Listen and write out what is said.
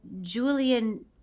Julian